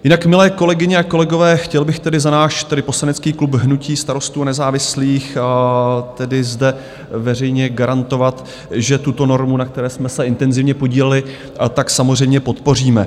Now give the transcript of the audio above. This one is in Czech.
Jinak, milé kolegyně a kolegové, chtěl bych tedy za náš, tedy poslanecký klub hnutí Starostů a nezávislých, zde veřejně garantovat, že tuto normu, na které jsme se intenzivně podíleli, samozřejmě podpoříme.